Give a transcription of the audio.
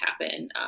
happen